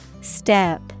Step